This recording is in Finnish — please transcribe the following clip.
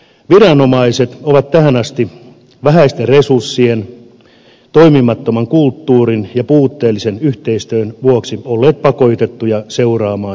viranomaiset ovat tähän asti vähäisten resurssien toimimattoman kulttuurin ja puutteellisen yhteistyön vuoksi olleet pakotettuja seuraamaan sivusta